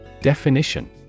Definition